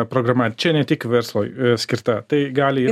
programa čia ne tik verslui skirta tai gali